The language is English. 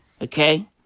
Okay